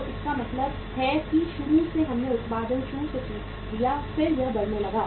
तो इसका मतलब है कि शुरू में हमने उत्पादन शुरू कर दिया फिर यह बढ़ने लगा